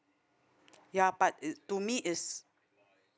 ya but it to me is